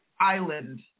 Island